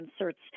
inserts